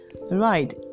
right